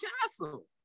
castle